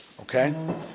okay